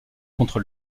contre